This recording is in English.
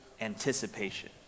anticipation